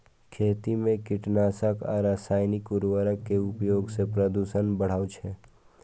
खेती मे कीटनाशक आ रासायनिक उर्वरक के उपयोग सं प्रदूषण बढ़ै छै